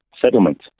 settlement